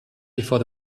before